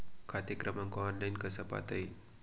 खाते क्रमांक ऑनलाइन कसा पाहता येईल?